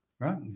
Right